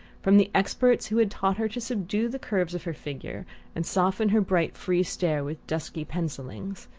from the experts who had taught her to subdue the curves of her figure and soften her bright free stare with dusky pencillings,